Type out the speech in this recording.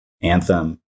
Anthem